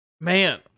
Man